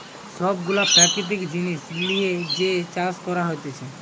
সব গুলা প্রাকৃতিক জিনিস লিয়ে যে চাষ করা হতিছে